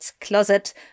Closet